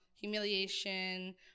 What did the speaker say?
humiliation